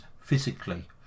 physically